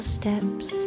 steps